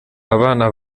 abana